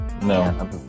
No